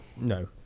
No